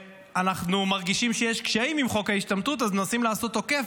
ואנחנו מרגישים שיש קשיים עם חוק ההשתמטות אז מנסים לעשות חוק עוקף,